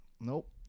Nope